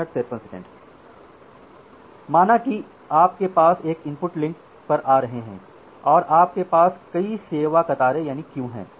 माना कि आपके पैकेट एक इनपुट लिंक पर आ रहे हैं और आपके पास कई सेवा कतारें हैं